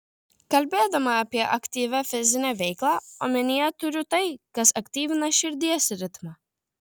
kalbėdama apie aktyvią fizinę veiklą omenyje turiu tai kas aktyvina širdies ritmą